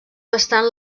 bastant